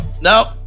no